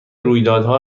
رویدادها